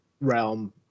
realm